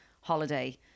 holiday